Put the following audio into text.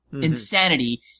insanity